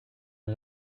une